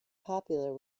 popular